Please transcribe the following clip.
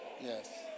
Yes